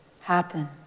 happen